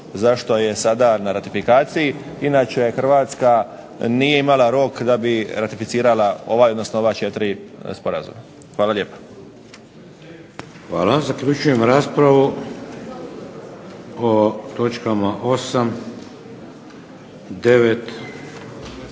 zašto je sada na ratifikaciji. Inače, Hrvatska nije imala rok da bi ratificirala ovaj, odnosno ova četiri sporazuma. Hvala lijepa. **Šeks, Vladimir (HDZ)** Hvala. Zaključujem raspravu o točkama 8., 9.,